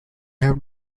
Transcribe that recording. have